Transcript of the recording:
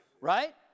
right